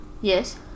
Yes